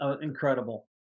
incredible